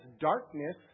darkness